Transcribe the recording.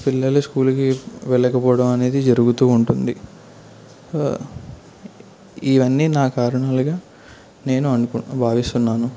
పిల్లల స్కూలుకి వెళ్ళకపోవడం అనేది జరుగుతూ ఉంటుంది ఇవన్నీ నా కారణాలుగా నేను అను భావిస్తున్నాను